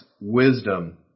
wisdom